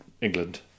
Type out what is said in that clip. England